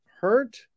hurt